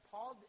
Paul